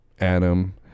Adam